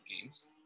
games